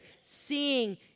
seeing